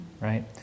right